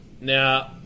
Now